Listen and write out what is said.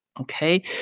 Okay